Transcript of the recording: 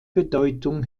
bedeutung